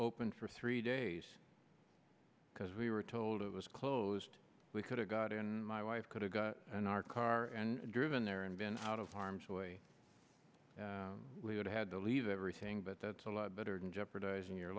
open for three days because we were told it was closed we could have gotten my wife could have got in our car and driven there and been out of harm's way we would had to leave everything but that's a lot better than jeopardizing your